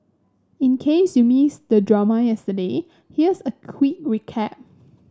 in case you missed the drama yesterday here's a quick recap